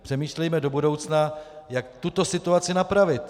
Přemýšlejme do budoucna, jak tuto situaci napravit.